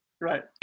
Right